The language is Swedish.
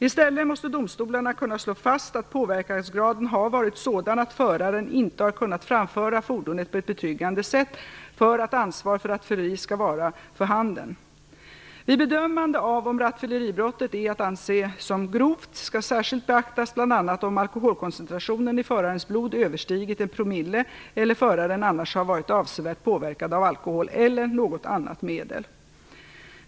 I stället måste domstolarna kunna slå fast att påverkansgraden har varit sådan att föraren inte har kunnat framföra fordonet på ett betryggande sätt för att ansvar för rattfylleri skall vara för handen. Vid bedömande av om rattfylleribrottet är att anse som grovt skall särskilt beaktas bl.a. om alkoholkoncentrationen i förarens blod överstigit 1 promille eller föraren annars varit avsevärt påverkad av alkohol eller något annat medel.